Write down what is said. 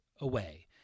away